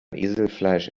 eselfleisch